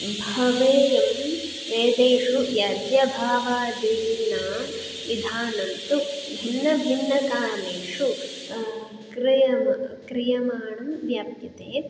भवेयं वेदेषु यद्यभाः विधिना विधानं तु भिन्नभिन्नकानेषु क्रेयम क्रियमाणं व्याप्यते